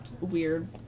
weird